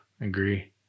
agree